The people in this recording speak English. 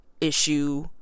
issue